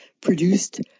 produced